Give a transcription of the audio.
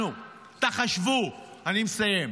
תחשבו, אני מסיים,